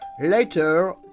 Later